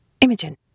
Imogen